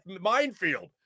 minefield